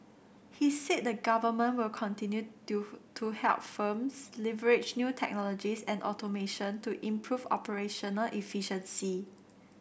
he said the government will continue to to help firms leverage new technologies and automation to improve operational efficiency